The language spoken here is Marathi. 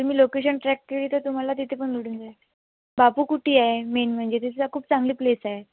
तुम्ही लोकेशन ट्रॅक केली तर तुम्हाला तिथे पण मिळून जाईल बापूकुटी आहे मेन म्हणजे तिथं खूप चांगली प्लेस आहे